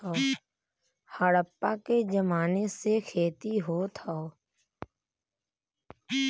हड़प्पा के जमाने से खेती होत हौ